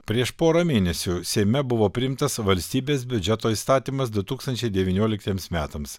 prieš porą mėnesių seime buvo priimtas valstybės biudžeto įstatymas du tūkstančiai devynioliktiems metams